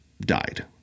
died